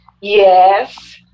Yes